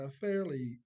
fairly